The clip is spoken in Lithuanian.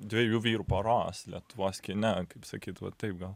dviejų vyrų poros lietuvos kine kaip sakyt va taip gal